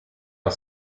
are